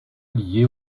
lié